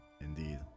Indeed